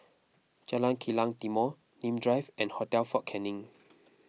Jalan Kilang Timor Nim Drive and Hotel fort Canning